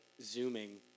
zooming